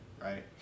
right